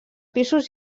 pisos